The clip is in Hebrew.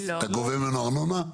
אתה גובה ממנו ארנונה?